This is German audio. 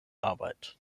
arbeit